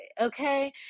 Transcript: okay